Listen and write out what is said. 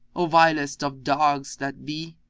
o vilest of dogs that be?